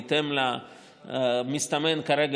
בהתאם למסתמן כרגע,